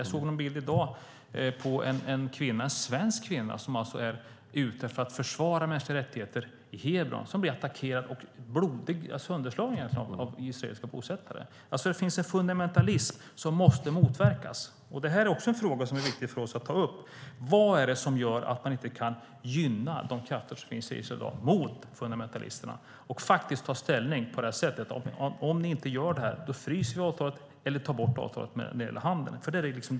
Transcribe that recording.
Jag såg någon bild i dag på en svensk kvinna som är ute för att försvara mänskliga rättigheter i Hebron och som blev attackerad - sönderslagen - av israeliska bosättare. Det finns alltså en fundamentalism som måste motverkas. Det är också en fråga som är viktig för oss att ta upp: Vad är det som gör att man inte kan gynna de krafter mot fundamentalisterna som i dag finns i Israel och faktiskt ta ställning på så sätt att man säger att vi om de inte gör detta fryser eller tar bort avtalet när det gäller handeln?